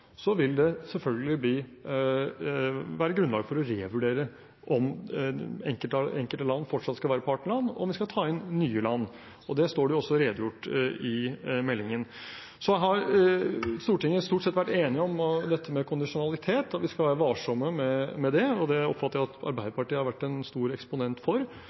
Så er det slik at hvis utviklingen ikke blir slik som vi har sett for oss, vil det selvfølgelig være grunnlag for å revurdere om enkelte land fortsatt skal være partnerland, og om vi skal ta inn nye land. Det står det også redegjort for i meldingen. Stortinget har stort sett vært enig om dette med kondisjonalitet, at vi skal varsom med det, og det oppfatter jeg at Arbeiderpartiet har vært en stor eksponent for.